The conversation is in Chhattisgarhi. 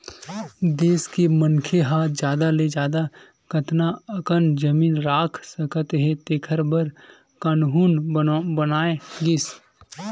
देस के मनखे ह जादा ले जादा कतना अकन जमीन राख सकत हे तेखर बर कान्हून बनाए गिस